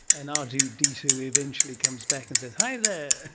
and r two d two eventually comes back and says hi there.